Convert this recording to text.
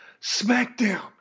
SmackDown